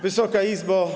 Wysoka Izbo!